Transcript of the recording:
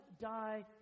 die